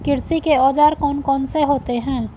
कृषि के औजार कौन कौन से होते हैं?